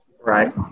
Right